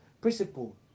principle